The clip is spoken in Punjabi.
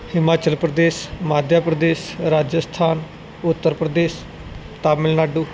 ਹਿਮਾਚਲ ਪ੍ਰਦੇਸ਼ ਮੱਧ ਪ੍ਰਦੇਸ਼ ਰਾਜਸਥਾਨ ਉੱਤਰ ਪ੍ਰਦੇਸ਼ ਤਾਮਿਲਨਾਡੂ